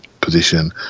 position